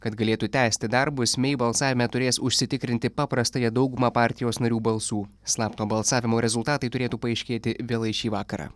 kad galėtų tęsti darbus mei balsavime turės užsitikrinti paprastąją daugumą partijos narių balsų slapto balsavimo rezultatai turėtų paaiškėti vėlai šį vakarą